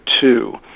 two